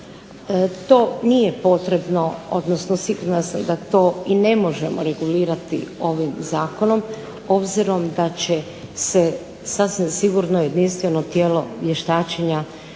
to nije potrebno odnosno sigurna sam da to i ne možemo regulirati ovim zakonom obzirom da će se sasvim sigurno jedinstveno tijelo vještačenja